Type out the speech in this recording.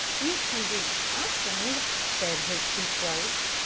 you can do something, said his betrothed.